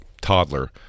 toddler